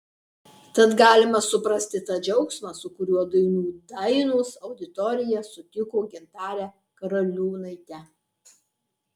tad galima suprasti tą džiaugsmą su kuriuo dainų dainos auditorija sutiko gintarę karaliūnaitę